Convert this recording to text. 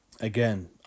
Again